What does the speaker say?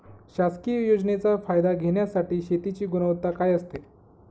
शासकीय योजनेचा फायदा घेण्यासाठी शेतीची गुणवत्ता काय असते?